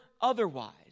otherwise